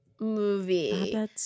movie